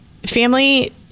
Family